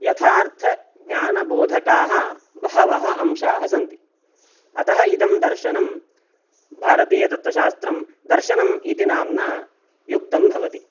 यथार्थज्ञानबोधकाः बहवः अंशाः सन्ति अतः इदं दर्शनं भारतीयतत्वशास्त्रं दर्शनम् इति नाम्ना युक्तं भवति